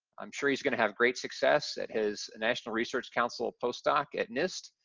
i'm sure he's going to have great success at his national research council postdoc at nist,